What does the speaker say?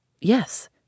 Yes